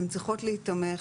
הן צריכות להיתמך